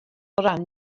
ran